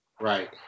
Right